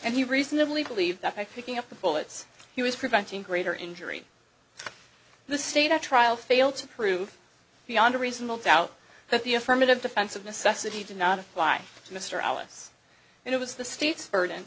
and he reasonably believed that by thinking up the bullets he was preventing greater injury the state a trial failed to prove beyond a reasonable doubt that the affirmative defense of necessity did not apply to mr alice and it was the state's burden